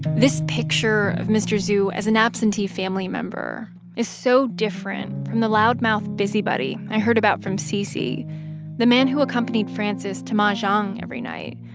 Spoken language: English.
this picture of mr. zhu as an absentee family member is so different from the loudmouth busybody i heard about from cc the man who accompanied frances to mahjong every night,